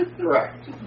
Correct